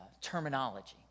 terminology